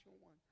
one